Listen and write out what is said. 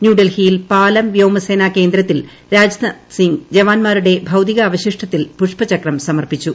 ന്യൂഡൽഹിയിൽ പാലം വ്യോമസേനാ കേന്ദ്രത്തിൽ രാജ്നാഥ് സിംഗ് ജവാൻമാരുടെ ഭൌതിക അവശിഷ്ടത്തിൽ പുഷ്പചക്രം സമർപ്പിച്ചു